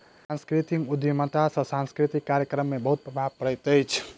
सांस्कृतिक उद्यमिता सॅ सांस्कृतिक कार्यक्रम में बहुत प्रभाव पड़ैत अछि